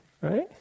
Right